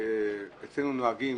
שאצלנו נוהגים